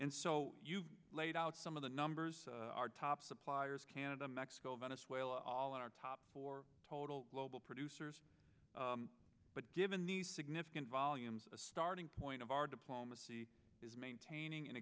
and so i laid out some of the numbers our top suppliers canada mexico venezuela all of our top four total global producers but given the significant volumes as a starting point of our diplomacy is maintaining and